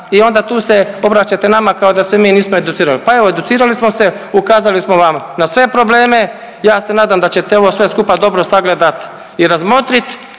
i onda tu se obraćate nama kao da se mi nismo educirali. Pa evo educirali smo se, ukazali smo vam na sve probleme i ja se nadam da ćete ovo sve skupa dobro sagledat i razmotrit